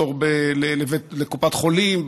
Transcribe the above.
בתור לקופת חולים,